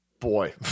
Boy